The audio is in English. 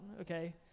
okay